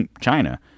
China